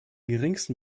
geringsten